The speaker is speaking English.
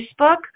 Facebook